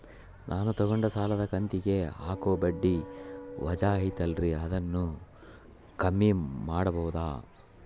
ನಾನು ತಗೊಂಡ ಸಾಲದ ಕಂತಿಗೆ ಹಾಕೋ ಬಡ್ಡಿ ವಜಾ ಐತಲ್ರಿ ಅದನ್ನ ಕಮ್ಮಿ ಮಾಡಕೋಬಹುದಾ?